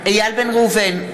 איל בן ראובן,